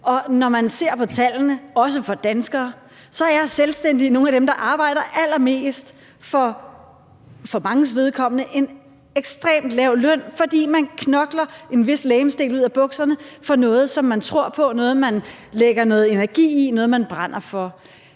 og når man ser på tallene, også for danskere, så er selvstændige nogle af dem, der arbejder allermest for for manges vedkommende en ekstremt lav løn, fordi man knokler en vis legemsdel ud af bukserne for noget, som man tror på, noget, som man lægger noget energi i, noget, som man brænder for.